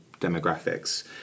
demographics